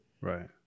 Right